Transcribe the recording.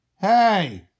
hey